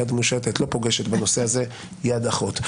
יד מושטת לא פוגשת בנושא הזה יד אחות.